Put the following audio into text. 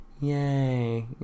yay